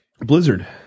Blizzard